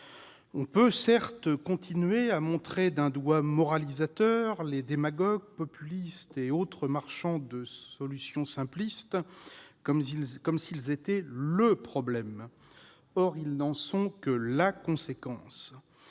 On peut, certes, continuer à montrer d'un doigt moralisateur les démagogues, populistes et autres marchands de solutions simplistes comme s'ils étaient « le » problème. Or ils n'en sont que la conséquence